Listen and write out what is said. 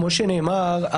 כמו שנאמר,